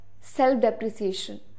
self-depreciation